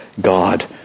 God